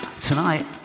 tonight